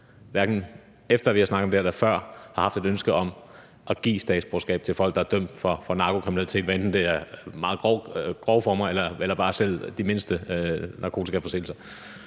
eller efter at vi har snakket om det her, har haft et ønske om at give statsborgerskab til folk, der er dømt for narkokriminalitet, hvad enten der er tale om de meget grove former eller bare de mindste narkotikaforseelser.